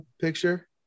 picture